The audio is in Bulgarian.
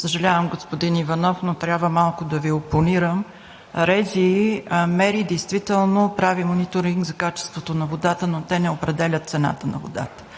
Съжалявам, господин Иванов, но трябва малко да Ви опонирам. РЗИ мери действително, прави мониторинг за качеството на водата, но те не определят цената на водата.